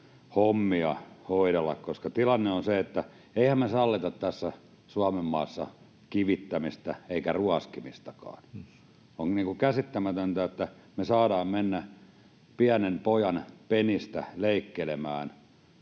hommia hoidella, koska tilanne on se, että eihän me sallita tässä Suomen maassa kivittämistä eikä ruoskimistakaan. On käsittämätöntä, että saadaan mennä pienen pojan penistä leikkelemään.